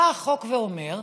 בא החוק ואומר: